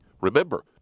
remember